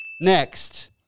Next